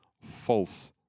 false